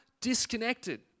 disconnected